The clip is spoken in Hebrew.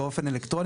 באופן אלקטרוני,